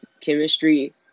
chemistry